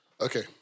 okay